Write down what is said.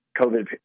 COVID